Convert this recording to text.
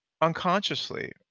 unconsciously